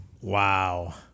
Wow